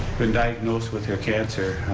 been diagnosed with her cancer,